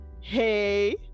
Hey